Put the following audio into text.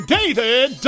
David